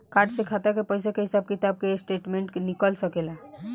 Card से खाता के पइसा के हिसाब किताब के स्टेटमेंट निकल सकेलऽ?